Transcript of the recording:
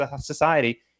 society